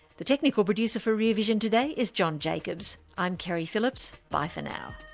the technical producer for rear vision today is john jacobs. i'm keri phillips. bye for now.